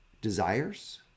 desires